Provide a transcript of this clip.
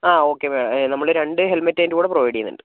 ആ ഓക്കേ മാ നമ്മൾ രണ്ട് ഹെൽമെറ്റ് അതിന്റെ കൂടെ പ്രൊവൈഡ് ചെയ്യുന്നുണ്ട്